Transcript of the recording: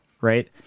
Right